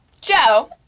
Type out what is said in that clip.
Joe